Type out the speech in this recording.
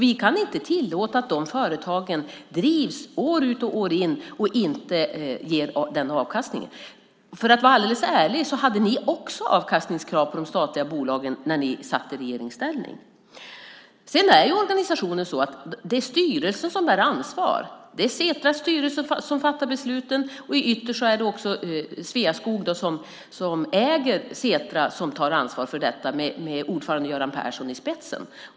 Vi kan inte tillåta att dessa företag drivs år ut och år in och inte ger den avkastningen. För att vara alldeles ärlig hade även ni avkastningskrav på de statliga bolagen när ni satt i regeringsställning. Organisationen ser ut så att det är styrelsen som bär ansvar. Det är Setras styrelse som fattar besluten, och ytterst är det också Sveaskog - som äger Setra - som tar ansvar för detta, med ordförande Göran Persson i spetsen.